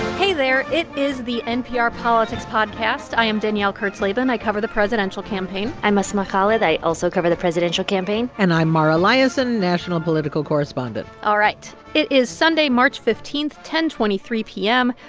hey there. it is the npr politics podcast. i am danielle kurtzleben. i cover the presidential campaign i'm asma khalid. i also cover the presidential campaign and i'm mara liasson, national political correspondent all right. it is sunday, march fifteen, ten twenty three p m,